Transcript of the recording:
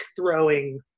throwing